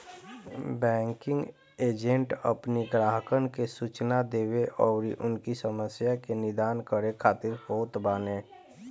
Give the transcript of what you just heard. banking agent अपनी ग्राहकन के सूचना देवे अउरी उनकी समस्या के निदान करे खातिर होत बाने